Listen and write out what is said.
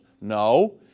No